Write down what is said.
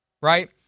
right